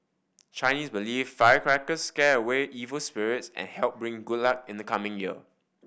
Chinese believe firecrackers will scare away evil spirits and help bring good luck in the coming year